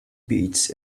beats